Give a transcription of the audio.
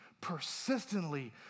persistently